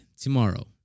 tomorrow